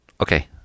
Okay